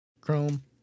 Chrome